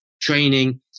training